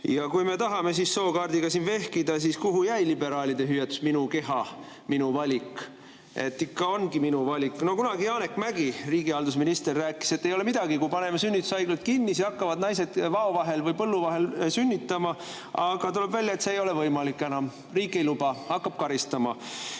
Ja kui me tahame sookaardiga vehkida, siis kuhu jäi liberaalide hüüatus, et minu keha, minu valik? Ikka ongi minu valik. Kunagi Janek Mäggi riigihalduse ministrina rääkis, et ei ole midagi, kui paneme sünnitushaiglad kinni, siis hakkavad naised vao vahel või põllu peal sünnitama. Aga tuleb välja, et see ei ole enam võimalik, riik ei luba, hakkab karistama.